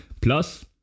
Plus